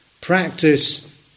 Practice